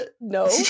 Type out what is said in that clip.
No